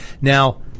Now